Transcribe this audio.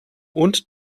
und